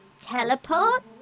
teleport